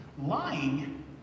Lying